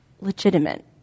legitimate